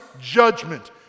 judgment